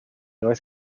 north